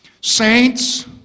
Saints